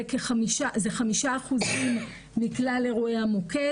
זה 5% מכלל אירועי המוקד.